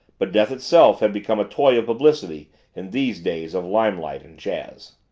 but death itself had become a toy of publicity in these days of limelight and jazz.